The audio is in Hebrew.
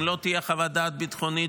באמצעות מינהלת ייחודית,